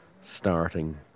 starting